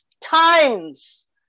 times